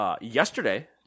Yesterday